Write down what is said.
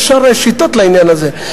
יש הרי שיטות לעניין הזה.